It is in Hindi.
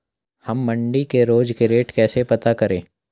हम मंडी के रोज के रेट कैसे पता करें?